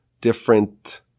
different